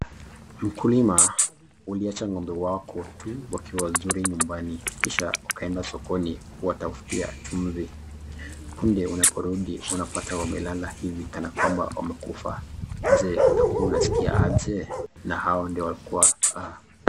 Mkulima, uliacha ngombe wako tu wakiwa vizuri nyumbani kisha ukaenda sokoni kuwataftia chumvi, punde unaporudi unaoata wamelala hivi kana kwamba wamekufa, jee utakua unaskia aje.?